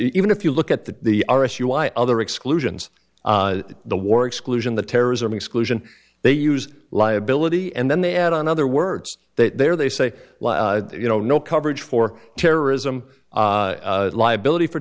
even if you look at the the r s u why other exclusions the war exclusion the terrorism exclusion they use liability and then they add on other words that they're they say you know no coverage for terrorism liability for